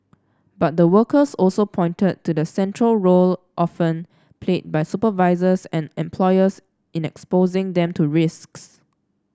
but the workers also pointed to the central role often played by supervisors and employers in exposing them to risks